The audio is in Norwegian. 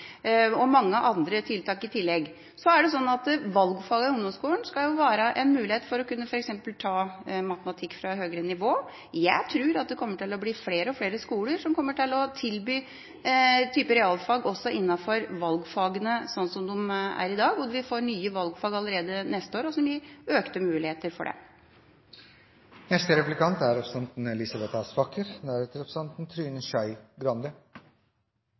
til mange andre tiltak. Valgfagene i ungdomsskolen skal være en mulighet til f.eks. å ta matematikk på et høyere nivå. Jeg tror det kommer til å bli flere og flere skoler som kommer til å tilby f.eks. realfag også innenfor valgfagene slik de er i dag. Vi får nye valgfag allerede neste år, noe som gir økte muligheter for det. «Den som ører har, hører.» To kommuner i Aust-Agder, tre kommuner i Oppland, som representanten